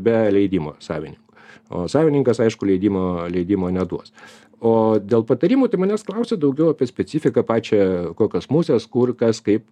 be leidimo savininko o savininkas aišku leidimo leidimo neduos o dėl patarimų tai manęs klausia daugiau apie specifiką pačią kokios musės kur kas kaip